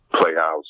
playhouse